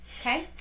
Okay